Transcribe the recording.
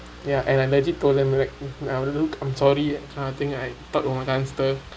ya and I legit told them like I will look I'm sorry that kind of thing and I thought it was my cousin sister